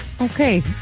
Okay